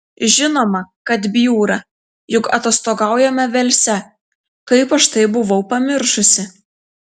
žinoma kad bjūra juk atostogaujame velse kaip aš tai buvau pamiršusi